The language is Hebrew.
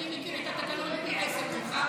אני מכיר את התקנון פי עשרה ממך,